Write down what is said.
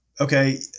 Okay